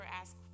ask